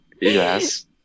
Yes